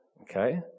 Okay